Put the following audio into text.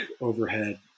overhead